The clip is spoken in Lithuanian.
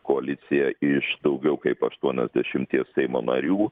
koaliciją iš daugiau kaip aštuoniasdešimties seimo narių